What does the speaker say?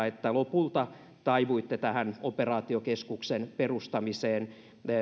että lopulta taivuitte tähän operaatiokeskuksen perustamiseen